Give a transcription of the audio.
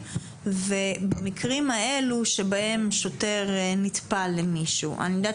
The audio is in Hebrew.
ובמקרים האלו שבהם שוטר נטפל למישהו אני יודעת